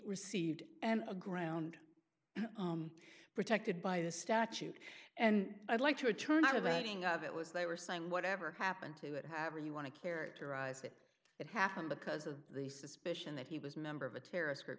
received and a ground protected by the statute and i'd like to return out of a thing of it was they were saying whatever happened to it haven't you want to characterize it it happened because of the suspicion that he was member of a terrorist group